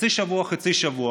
חצי שבוע וחצי שבוע?